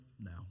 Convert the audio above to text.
now